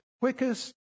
quickest